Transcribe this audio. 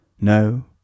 No